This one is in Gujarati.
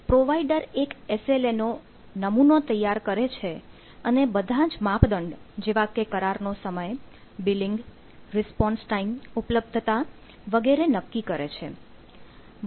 પ્રોવાઇડર એક એસ એલ એ નો નમુનો તૈયાર કરે છે અને બધા જ માપદંડ જેવા કે કરાર નો સમય બિલિંગ રિસ્પોન્સ ટાઇમ ઉપલબ્ધતા વગેરે નક્કી કરે છે